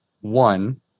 one